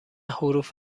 حروف